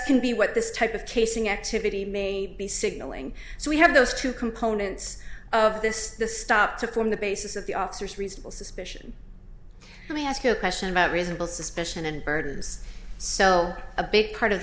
can be what this type of casing activity may be signaling so we have those two components of this stop to form the basis of the officers reasonable suspicion and ask a question about reasonable suspicion and birds so a big part of the